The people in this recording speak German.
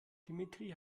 dimitri